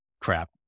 crap